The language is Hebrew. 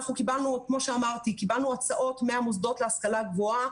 כמו שאמרתי אנחנו קיבלנו הצעות מהמוסדות להשכלה גבוהה.